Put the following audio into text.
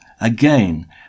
Again